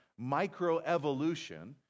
microevolution